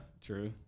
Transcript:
true